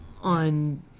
on